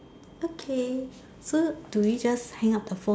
okay so do we just hang up the phone